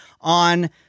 on